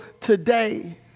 today